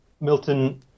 Milton